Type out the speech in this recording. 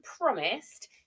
promised